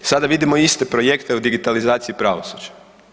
I sada vidimo iste projekte u digitalizaciji pravosuđa.